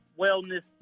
Wellness